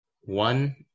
one